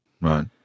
Right